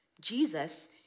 Jesus